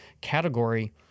category